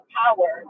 power